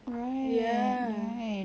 right right